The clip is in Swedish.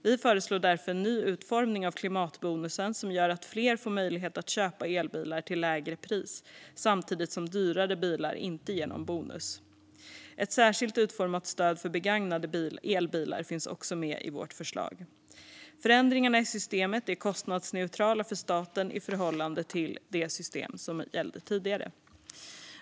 Vi föreslår därför en ny utformning av klimatbonusen som gör att fler får möjlighet att köpa elbilar till lägre pris samtidigt som dyrare bilar inte ger någon bonus. Ett särskilt utformat stöd för begagnade elbilar finns också med i vårt förslag. Förändringarna i systemet är kostnadsneutrala för staten i förhållande till det system som gällde tidigare.